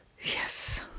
Yes